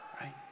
right